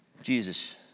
Jesus